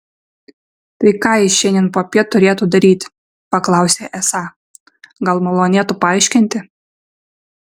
tai ką jis šiandien popiet turėtų daryti paklausė esą gal malonėtų paaiškinti